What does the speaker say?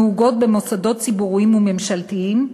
נהוגות במוסדות ציבוריים וממשלתיים,